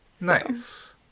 Nice